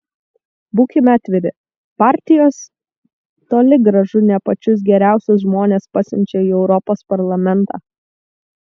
būkime atviri partijos toli gražu ne pačius geriausius žmones pasiunčia į europos parlamentą